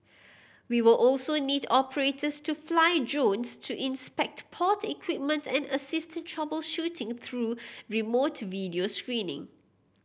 we will also need operators to fly drones to inspect port equipment and assist in troubleshooting through remote video screening